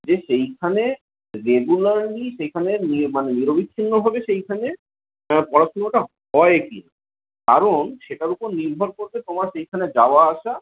যে সেইখানে রেগুলারলি সেখানে নি মানে নিরবিচ্ছিন্নভাবে সেইখানে তার পড়াশুনোটা হয় কিনা কারণ সেটার ওপর নির্ভর করবে তোমার সেইখানে যাওয়া আসা